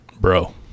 bro